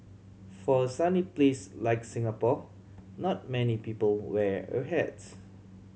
for a sunny place like Singapore not many people wear a hats